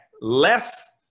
less